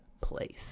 place